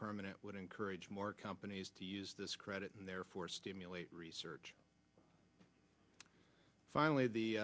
permanent would encourage more companies to use this credit and therefore stimulate research finally the